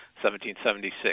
1776